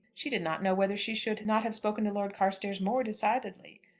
she did not know whether she should not have spoken to lord carstairs more decidedly.